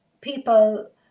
people